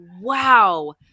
wow